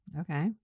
Okay